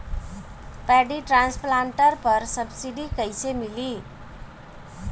Paddy transplanter पर subsidy कैसे मिली?